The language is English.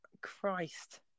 Christ